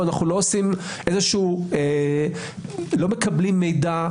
אנו לא עושים לא מקבלים מידע-